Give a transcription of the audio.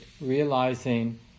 realizing